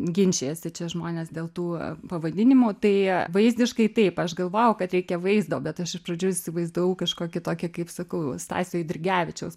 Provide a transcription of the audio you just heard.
ginčijasi čia žmonės dėl tų pavadinimų tai vaizdiškai taip aš galvojau kad reikia vaizdo bet aš iš pradžių įsivaizdavau kažkokį tokį kaip sakau stasio eidrigevičiaus